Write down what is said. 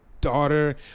daughter